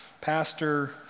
pastor